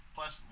Plus